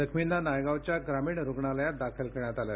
जखमींना नायगांवच्या ग्रामीण रुग्णालयात दाखल करण्यात आले आहे